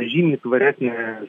žymiai tvaresnė